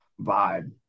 vibe